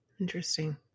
Interesting